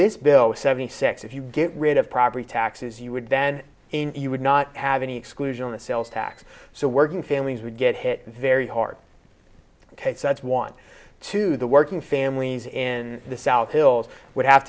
this bill seventy six if you get rid of property taxes you would then you would not have any exclusion on the sales tax so working families would get hit very hard to take such want to the working families in the south hills would have